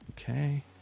Okay